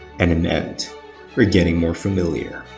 and an ant we're getting more familiar